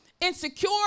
insecure